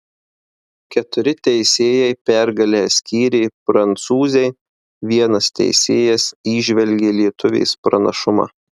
keturi teisėjai pergalę skyrė prancūzei vienas teisėjas įžvelgė lietuvės pranašumą